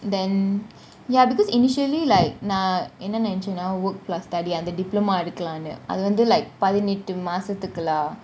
then ya because initially like நான் என்ன நெனைச்சனா :naan enna nenaichana work plus study under diploma எடுக்கலாம்னு அது வந்து :eadukalamnu athu vanthu like பதினெட்டு மாசத்துக்குள்ள :pathinettu masathukula